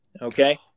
Okay